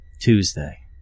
tuesday